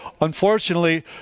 unfortunately